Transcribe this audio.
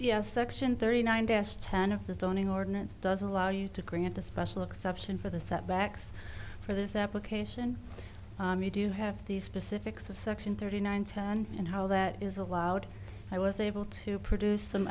yes section thirty nine das ten of the zoning ordinance doesn't allow you to grant a special exception for the setbacks for this application you do have these specifics of section thirty nine ten and how that is allowed i was able to produce some